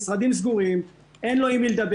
המשרדים סגורים, אין לו עם מי לדבר.